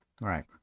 Right